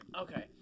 okay